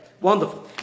Wonderful